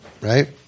right